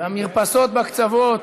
המרפסות בקצוות.